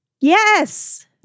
Yes